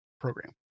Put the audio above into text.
program